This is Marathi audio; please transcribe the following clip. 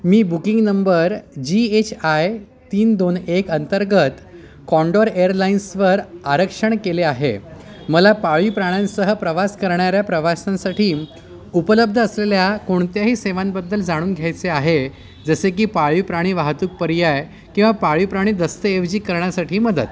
me booking number G H I तीन दोन एक अंतर्गत काँडोर एअरलाइन्सवर आरक्षण केले आहे मला पाळीव प्राण्यांसह प्रवास करणाऱ्या प्रवाशांसाठी उपलब्ध असलेल्या कोणत्याही सेवांबद्दल जाणून घ्यायचे आहे जसे की पाळीव प्राणी वाहतूक पर्याय किंवा पाळीव प्राणी दस्तएवजी करण्यासाठी मदत